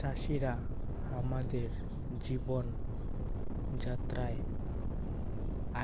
চাষিরা হামাদের জীবন যাত্রায়